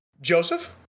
Joseph